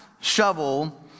shovel